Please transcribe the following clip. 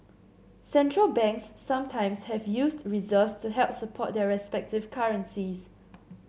central banks sometimes have used reserves to help support their respective currencies